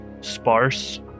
sparse